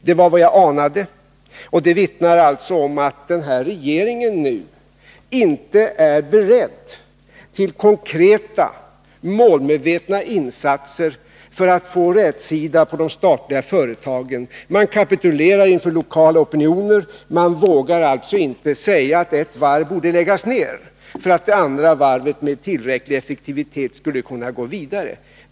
Det var vad jag anade, och det vittnar alltså om att regeringen inte nu är beredd till konkreta, målmedvetna insatser för att få rätsida på de statliga företagen. Man kapitulerar inför lokala opinioner. Man vågar inte säga att det ena varvet bör läggas ned, för att det andra varvet med tillräcklig effektivitet skall kunna gå vidare.